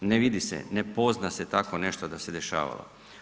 Ne vidi se, ne pozna se tako nešto da se dešavalo.